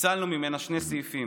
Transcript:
פיצלנו ממנה שני סעיפים: